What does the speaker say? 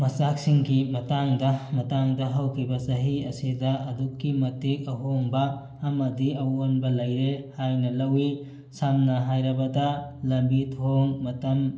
ꯃꯆꯥꯛꯁꯤꯡꯒꯤ ꯃꯇꯥꯡꯗ ꯃꯇꯥꯡꯗ ꯍꯧꯈꯤꯕ ꯆꯍꯤ ꯑꯁꯤꯗ ꯑꯗꯨꯛꯀꯤ ꯃꯇꯤꯛ ꯑꯍꯣꯡꯕ ꯑꯃꯗꯤ ꯑꯋꯣꯟꯕ ꯂꯩꯔꯦ ꯍꯥꯏꯅ ꯂꯧꯋꯤ ꯁꯝꯅ ꯍꯥꯏꯔꯕꯗ ꯂꯝꯕꯤ ꯊꯣꯡ ꯃꯇꯝ